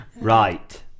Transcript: Right